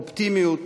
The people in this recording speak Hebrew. אופטימיות,